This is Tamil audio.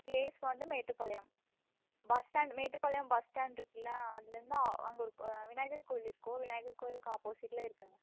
பிளேஸ் வந்து Mettupalayam bus stand Mettupalayam bus ஸ்டாண்ட்ருக்கில அதுலேருந்து அங்கே ஒரு க விநாயகர் கோயில் இருக்கும் விநாயகர் கோயிலுக்கு அப்போசிட்டில் இருக்குதுங்க